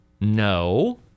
No